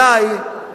אדוני,